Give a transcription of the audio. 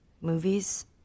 Movies